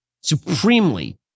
supremely